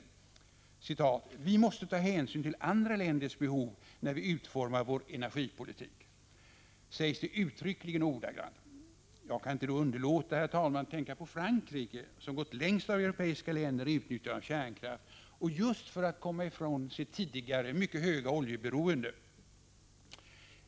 Där sägs det uttryckligen och ordagrant: ”Vi måste ta hänsyn till andra länders behov när vi utformar vår energipolitik.” Jag kan inte underlåta att då tänka på Frankrike, som gått längst av europeiska länder i utnyttjandet av kärnkraften, och det just för att komma ifrån sitt tidigare mycket stora oljeberoende.